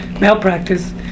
malpractice